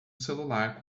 celular